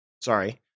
Sorry